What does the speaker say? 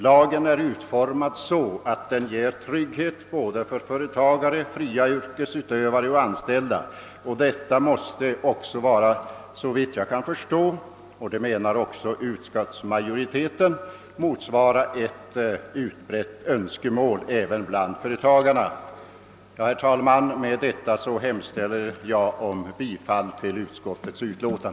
Lagen är utformad så att den ger trygghet såväl för anställda som för företagare och fria yrkesutövare och detta måste såvitt jag kan förstå — och det menar också utskottsmajoriteten — motsvara ett utbrett önskemål även bland företagarna. Herr talman! Med det anförda ber jag att få yrka bifall till utskottets hemställan.